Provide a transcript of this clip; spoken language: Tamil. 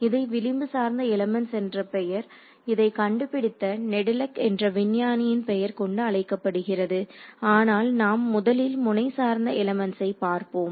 இதை விளிம்பு சார்ந்த எலிமெண்ட்ஸ் என்ற பெயர் இதை கண்டுபிடித்த நெடிலெக் என்ற விஞ்ஞானியின் பெயர் கொண்டு அழைக்கப்படுகிறது ஆனால் நாம் முதலில் முனை சார்ந்த எலிமெண்ட்ஸை பார்ப்போம்